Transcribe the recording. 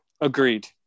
Agreed